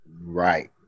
Right